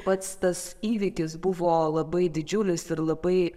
pats tas įvykis buvo labai didžiulis ir labai